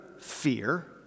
fear